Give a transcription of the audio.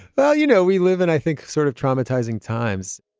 now, you know, we live in, i think, sort of traumatizing times